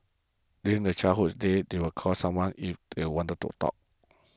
during their childhood days they would call someone if they want to talk